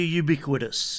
ubiquitous